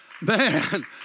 Man